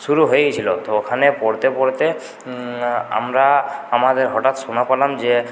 শুরু হয়ে গিয়েছিলো তো ওখানে পড়তে পড়তে আমরা আমাদের হঠাৎ শোনা করলাম যে